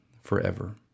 forever